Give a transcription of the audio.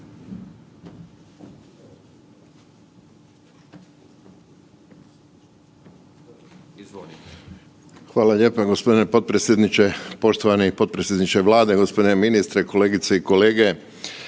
Hvala lijepa gospodine potpredsjedniče. Poštovani potpredsjedniče Vlade, gospodine ministre, kolegice i kolege,